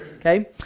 Okay